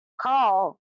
call